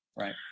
Right